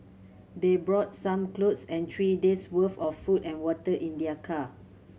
they brought some clothes and three days worth of food and water in their car